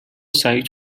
سعید